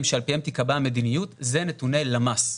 שעל פיהם תיקבע המדיניות זה נתוני למ"ס,